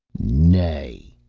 nay,